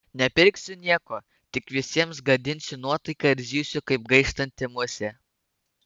nepirksiu nieko tik visiems gadinsiu nuotaiką ir zysiu kaip gaištanti musė